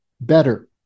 better